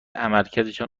عملکردشان